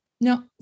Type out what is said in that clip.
No